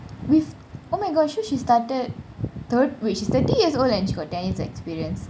with oh my god so she started third what she is thirty years old and she got ten experience